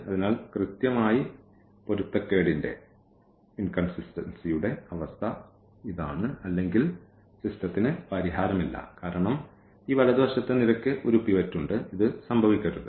അതിനാൽ കൃത്യമായി പൊരുത്തക്കേടിന്റെ അവസ്ഥ ഇതാണ് അല്ലെങ്കിൽ സിസ്റ്റത്തിന് പരിഹാരമില്ല കാരണം ഈ വലതുവശത്തെ നിരയ്ക്ക് ഒരു പിവറ്റ് ഉണ്ട് ഇത് സംഭവിക്കരുത്